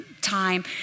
time